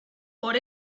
por